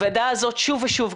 הוועדה הזו שוב ושוב,